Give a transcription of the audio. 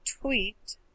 tweet